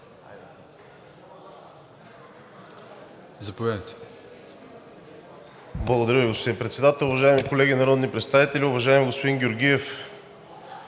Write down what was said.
Заповядайте.